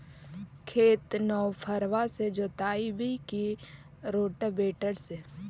खेत नौफरबा से जोतइबै की रोटावेटर से?